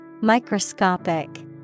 Microscopic